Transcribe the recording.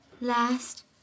last